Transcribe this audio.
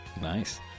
Nice